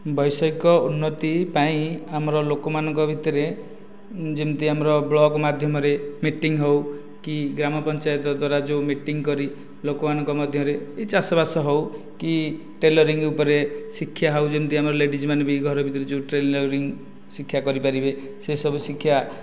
ବୈଷୟିକ ଉନ୍ନତି ପାଇଁ ଆମର ଲୋକମାନଙ୍କ ଭିତରେ ଯେମିତି ଆମର ବ୍ଲକ ମାଧ୍ୟମରେ ମିଟିଂ ହେଉ କି ଗ୍ରାମପଞ୍ଚାୟତ ଦ୍ଵାରା ଯେଉଁ ମିଟିଂ କରି ଲୋକମାନଙ୍କ ମଧ୍ୟରେ ଏହି ଚାଷବାସ ହେଉ କି ଟେଲରିଂ ଉପରେ ଶିକ୍ଷା ହେଉ ଯେମିତି ଆମର ଲେଡିଜ୍ ମାନେ ବି ଘର ଭିତରେ ଯେଉଁ ଟେଲରିଂ ଶିକ୍ଷା କରିପାରିବେ ସେ ସବୁ ଶିକ୍ଷା